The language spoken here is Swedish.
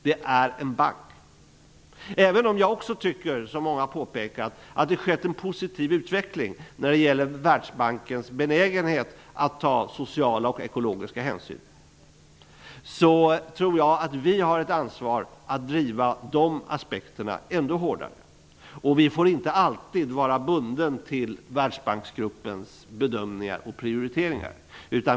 Den är en bank, även om jag också tycker att det har skett en positiv utveckling när det gäller Världsbankens benägenhet att ta sociala och ekologiska hänsyn. Vi har dock ett ansvar att driva de aspekterna ännu hårdare. Vi får inte alltid vara bundna till världsbanksgruppens bedömningar och prioriteringar.